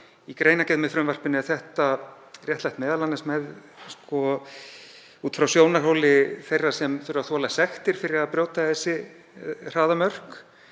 Í greinargerð með frumvarpinu er þetta réttlætt m.a. út frá sjónarhóli þeirra sem þurfa að þola sektir fyrir að brjóta þessi hraðamörk